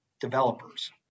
developers